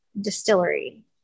distillery